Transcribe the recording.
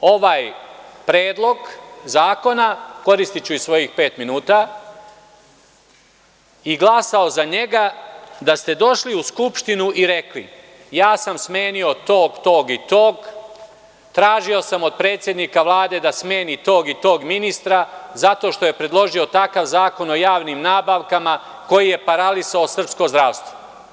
Ja bih prihvatio ovaj Predlog zakona, koristiću i svojih pet minuta i glasao za njega da ste došli u Skupštinu i rekli – ja sam smenio tog, tog i tog, tražio sam od predsednika Vlade da smeni tog i tog ministra, zato što je predložio takav Zakon o javnim nabavkama koji je paralisao srpsko zdravstvo.